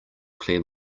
clear